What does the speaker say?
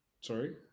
Sorry